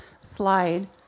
slide